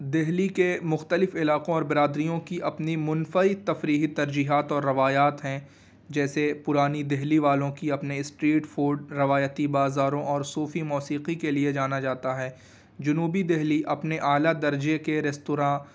دلی کے مختلف علاقوں اور برادریوں کی اپنی منفرد تفریحی ترجیحات اور روایات ہیں جیسے پرانی دلی والوں کی اپنے اسٹریٹ فوڈ روایتی بازاروں اور صوفی موسیقی کے لیے جانا جاتا ہے جنوبی دلی اپنے اعلیٰ درجے کے ریستوراں